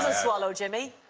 swallow, jimmy.